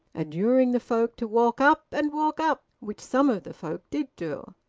adjuring the folk to walk up and walk up which some of the folk did do.